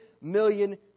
million